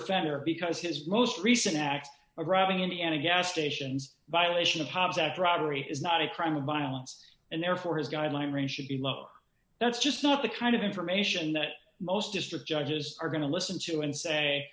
offender because his most recent acts arriving in the end of gas stations violation of hobbs act robbery is not a crime of violence and therefore his guideline range should be low that's just not the kind of information that most district judges are going to listen to and say